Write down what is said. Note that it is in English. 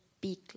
big